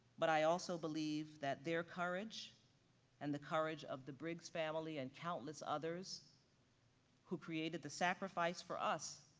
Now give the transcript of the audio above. but i also believe that their courage and the courage of the briggs family and countless others who created the sacrifice for us,